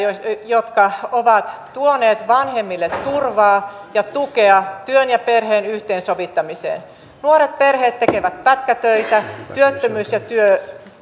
jotka ovat tuoneet vanhemmille turvaa ja tukea työn ja perheen yhteensovittamiseen nuoret perheet tekevät pätkätöitä työttömyys ja työ